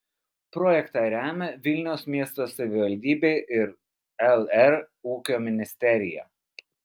projektą remia vilniaus miesto savivaldybe ir lr ūkio ministerija